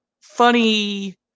funny